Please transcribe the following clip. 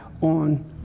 on